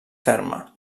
ferma